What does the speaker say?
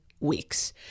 Weeks